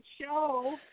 show